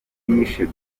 yishe